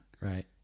Right